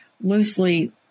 loosely